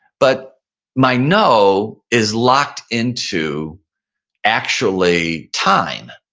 but my know is locked into actually time.